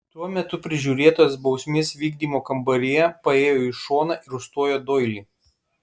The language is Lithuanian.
tuo metu prižiūrėtojas bausmės vykdymo kambaryje paėjo į šoną ir užstojo doilį